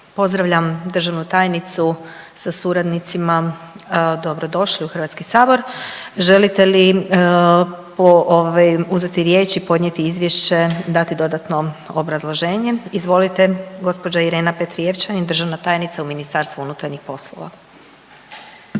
Pozdravljam državnu tajnicu sa suradnicima. Dobro došli u Hrvatski sabor. Želite li ovaj uzeti riječ i podnijeti izvješće, dati dodatno obrazloženje? Izvolite, gospođa Irena Petrijevčanin državna tajnica u MUP-u. **Petrijevčanin